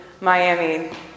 Miami